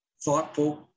thoughtful